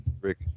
Rick